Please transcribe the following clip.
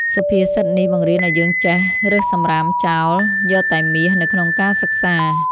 សុភាសិតនេះបង្រៀនឱ្យយើងចេះ «រើសសម្រាមចោល យកតែមាស» នៅក្នុងការសិក្សា។